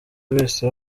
wese